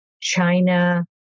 China